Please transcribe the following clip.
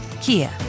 Kia